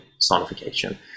sonification